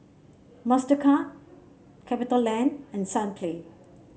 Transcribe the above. Mastercard Capitaland and Sunplay